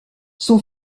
son